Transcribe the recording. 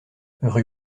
rue